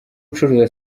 ucuruza